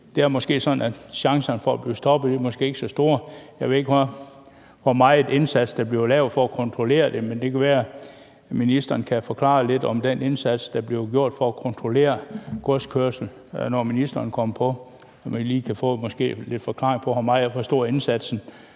det er måske sådan, at chancerne for at blive stoppet ikke er så store. Jeg ved ikke, hvor meget indsats der bliver lavet for at kontrollere det, men det kan være, at ministeren kan forklare lidt om den indsats, der bliver gjort, for at kontrollere godskørsel. Når ministeren kommer på talerstolen, kan vi måske lige få lidt forklaring på, hvor stor indsatsen